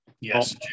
Yes